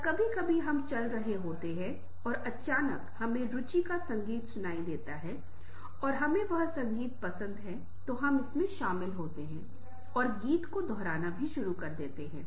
या कभी कभी हम चल रहे होते हैं और अचानक हमें अपनी रुचि का संगीत सुनाई देता है और हमे वह संगीत पसंद है तो हम इसमें शामिल होते हैं और गीत को दोहराना भी शुरू कर देते हैं